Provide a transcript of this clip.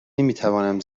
نمیتوانم